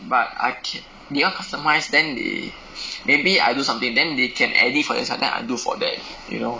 but I can 你要 customize then they maybe I do something then they can edit for themself then I do for them you know